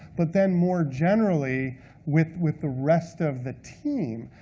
but then more generally with with the rest of the team.